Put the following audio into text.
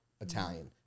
Italian